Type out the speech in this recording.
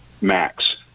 max